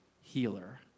healer